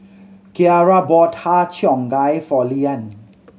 Kiarra bought Har Cheong Gai for Leeann